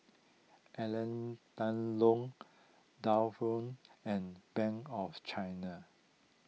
Alain Delon and Bank of China